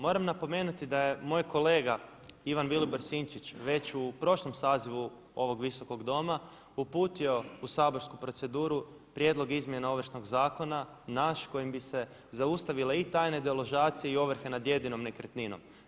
Moram napomenuti da je moj kolega Ivan Vilibor Sinčić već u prošlom sazivu ovog Visokog doma uputio u saborsku proceduru prijedlog izmjena Ovršnog zakona, naš, kojim bi se zaustavile i tajne deložacije i ovrhe nad jedinom nekretninom.